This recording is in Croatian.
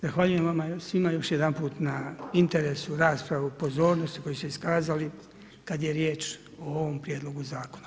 Zahvaljujem svima još jedanput na interesu, raspravi, pozornosti koju ste iskazali kad je riječ o ovom prijedlogu zakona.